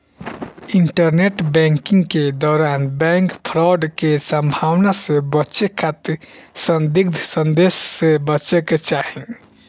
internet banking के दौरान bank fraud के संभावना से बचे खातिर संदिग्ध संदेश से बचे के चाही